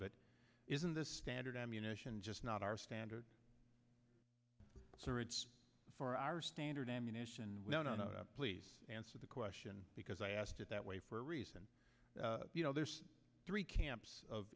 but isn't the standard ammunition just not our standard for our standard ammunition no no no please answer the question because i asked it that way for a reason you know there's three camps of